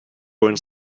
going